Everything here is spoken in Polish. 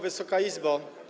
Wysoka Izbo!